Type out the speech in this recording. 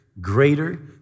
greater